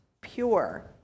pure